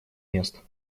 мест